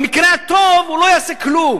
במקרה הטוב הוא לא יעשה כלום.